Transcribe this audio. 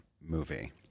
movie